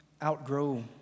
outgrow